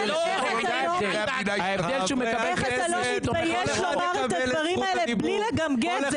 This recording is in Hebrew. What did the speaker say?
איך אתה לא מתבייש לומר את הדברים האלה בלי לגמגם.